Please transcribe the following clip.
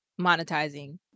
monetizing